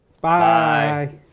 Bye